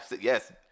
Yes